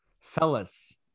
fellas